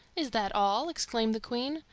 is that all? exclaimed the queen.